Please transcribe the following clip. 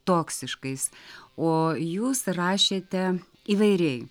toksiškais o jūs rašėte įvairiai